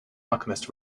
alchemist